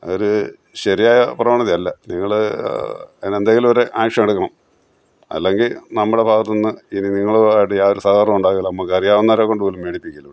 അതൊരു ശരിയായ പ്രവണതയല്ല നിങ്ങൾ അതിന് എന്തെങ്കിൽ ഒരു ആക്ഷൻ എടുക്കണം അല്ലെങ്കിൽ നമ്മളെ ഭാഗത്തു നിന്ന് ഇനി നിങ്ങളുമായിട്ട് യാതൊരു സഹകരണവും ഉണ്ടാവുകയില്ല നമ്മൾക്ക് അറിയാവുന്നവരെ കൊണ്ടുപോലും മേടിപ്പിക്കുകയില്ല ഇവിടെ നിന്ന്